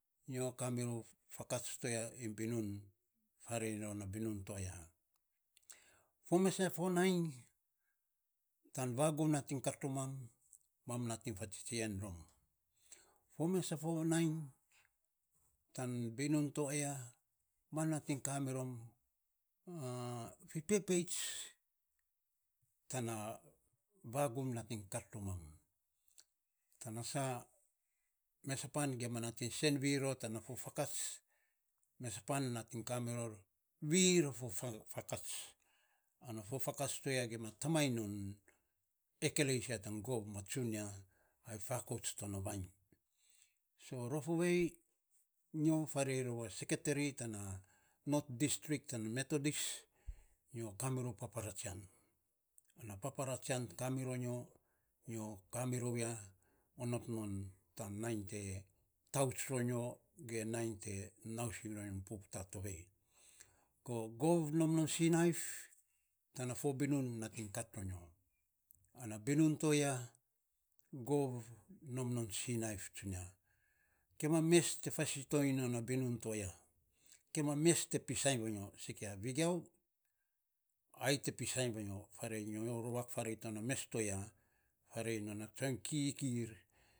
Nyo kamirou fakats to yia iny binun, farei non na binun to aiya, fo mes a fo naiy, tan vagum nating kat ro mam nating fatsitsien rom fo mesa fo nainy tan binun to ayia mam nating kamirom fipepets tana vagum nating kat ro mam, tana a mesa pan giamanating senvir ror tana fo fakats, pesapan nating kamiror vir a fofakats ana fo fakats toayia gima tamainy non ekeleisia ten gov ma tsun ya ai fakouts to na vainy so rof ovei nyo farei rou a seketeri tana not distrik tana metodis nyo kamirou papara tsian ana papara tsian te kamironyo. nyo kamirou ya onot non tan nainy te taots ro nyo gen nainy te naosing ro nyon puputa tovei, gov nom non sinaiv tana fo binun nating kat ronyo ana binun to yia, gov nom non sinaiv stuninya kia ma mes te fasitoiny non a biun to aiya. Kia ma mes te pisany vanyo sikia, vigiau ai te pisainy vanyo, farei nyo ruak farei to na me to ya, farei nona tsoiny kikikir.